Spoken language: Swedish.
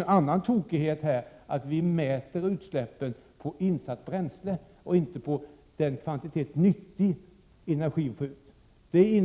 En annan tokighet här är att utsläppen mäts i förhållande till insatt bränsle, inte den kvantitet nyttig energi vi får ut. Det